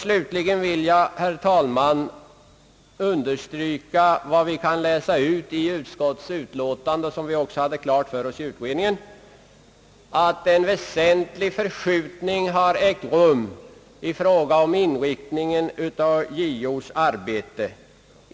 Slutligen vill jag, herr talman, understryka vad vi kan utläsa ur utskottets betänkande och vad vi också hade klart för oss i utredningen, att en viss förskjutning ägt rum i fråga om inriktningen av JO:s arbete.